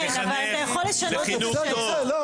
אתה יכול לשנות את --- לארה אומרת,